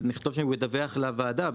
נכתוב שהוא מדווח לוועדה,